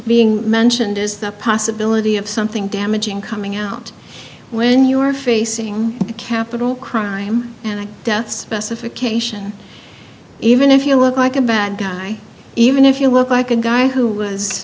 being mentioned is the possibility of something damaging coming out when you are facing a capital crime and death specification even if you look like a bad guy even if you look like a guy who was